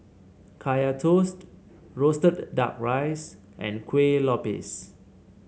Kaya Toast roasted duck rice and Kueh Lopes